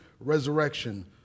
resurrection